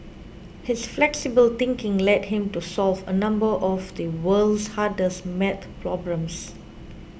his flexible thinking led him to solve a number of the world's hardest maths problems